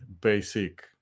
basic